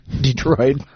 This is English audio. Detroit